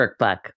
Workbook